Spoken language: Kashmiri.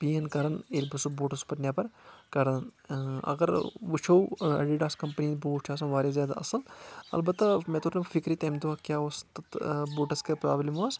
پین کَرَان ییٚلہِ بہٕ سُہ بوٗٹ اوسُس پَتہٕ نؠبَر کَرَان اگر وٕچھو اَیٚڈییڈَاس کَمپٔنی ہِنٛدۍ بوٗٹ چھِ آسَان واریاہ زیادٕ اَصٕل البتہ مےٚ توٚر نہٕ فِکری تَمہِ دۄہ کیاہ اوس تہٕ بوٗٹس کیٛاہ پرابلِم ٲس